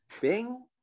Bing